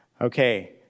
Okay